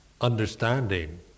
understanding